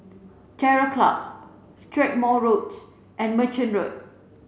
Terror Club Strathmore Road and Merchant Road